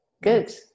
Good